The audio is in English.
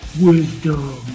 Wisdom